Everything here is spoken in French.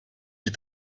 est